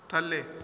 ਥੱਲੇ